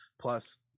Plus